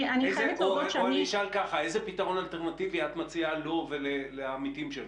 או נשאלה ככה: איזה פתרון אלטרנטיבי את מציעה לו ולעמיתים שלו?